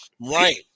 Right